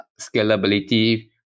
scalability